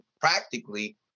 practically